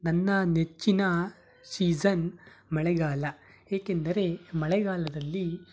ನನ್ನ ನೆಚ್ಚಿನ ಸೀಸನ್ ಮಳೆಗಾಲ ಏಕೆಂದರೆ ಮಳೆಗಾಲದಲ್ಲಿ